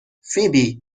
فیبی